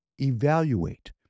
evaluate